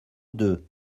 deux